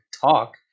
talk